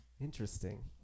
Interesting